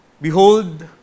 Behold